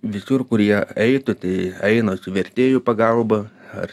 visur kur jie eitų tai eina su vertėjų pagalba ar